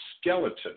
skeleton